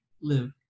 live